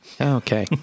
Okay